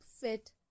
fit